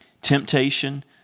Temptation